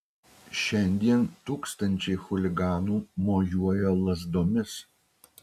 šiandien tūkstančiai chuliganų mojuoja lazdomis